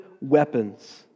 weapons